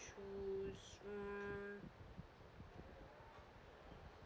choose mm